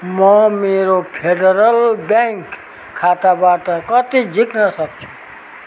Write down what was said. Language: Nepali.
म मेरो फेडरल ब्याङ्क खाताबाट कति झिक्न सक्छु